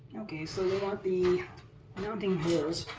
okay so they want the mounting holes